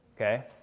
Okay